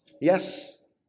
Yes